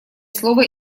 слово